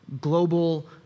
global